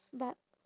but